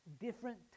different